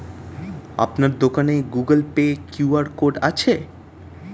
আপনার দোকানে Google pay QR code আছে?